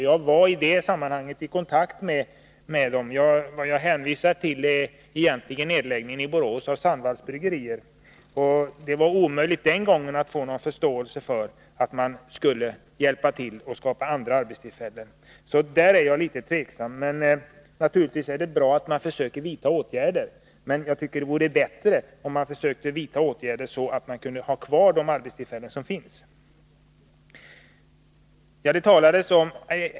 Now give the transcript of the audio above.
Jag kan hänvisa till att jag var i kontakt med Pripps i samband med nedläggningen av Sandwalls bryggeri i Borås. Det var omöjligt den gången att få någon förståelse för att man borde hjälpa till att skapa andra arbetstillfällen. På den punkten är jag därför litet tveksam. Det är naturligtvis bra att man försöker vidta åtgärder, men det vore ännu bättre om man försökte vidta sådana åtgärder att de arbetstillfällen som nu finns kunde vara kvar.